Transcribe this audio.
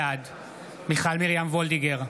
בעד מיכל מרים וולדיגר,